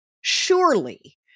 Surely